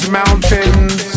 mountains